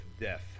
death